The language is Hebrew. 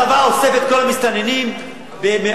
הצבא אוסף את כל המסתננים בעשרות,